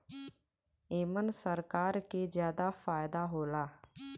एमन सरकार के जादा फायदा होला